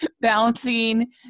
balancing